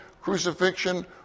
crucifixion